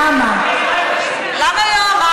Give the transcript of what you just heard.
למה?